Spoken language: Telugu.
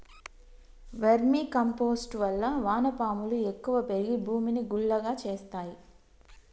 వెర్మి కంపోస్ట్ వల్ల వాన పాములు ఎక్కువ పెరిగి భూమిని గుల్లగా చేస్తాయి